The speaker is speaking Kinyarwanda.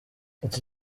iki